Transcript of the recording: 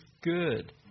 good